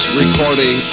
recording